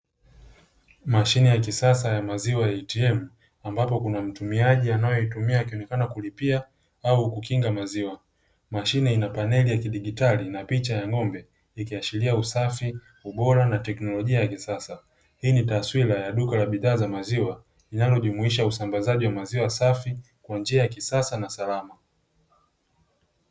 Mashine ya kisasa ya maziwa ya "ATM", ambapo kuna mtumiaji anayetumia akionekana kulipia au kukinga maziwa. Mashine ina paneli ya kidijitali na picha ya ng'ombe, ikiashiria usafi ubora na teknolojia ya kisasa. Hii ni taswira ya duka la bidhaa za maziwa linalojumuisha, usambazaji wa maziwa safi kwa njia ya kisasa na salama.